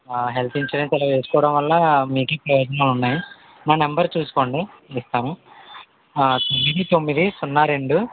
health insurance ఇలా వేయించుకోవడం వల్ల మీకు ఎన్నో ఉన్నాయి మా నెంబర్ చూసుకోండి ఇస్తాము తొమిది తొమిది సున్నా రెండు